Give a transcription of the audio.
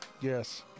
Yes